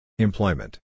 Employment